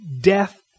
death